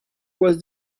was